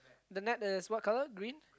the net is what color green